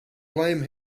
blame